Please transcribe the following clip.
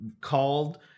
called